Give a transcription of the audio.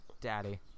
Daddy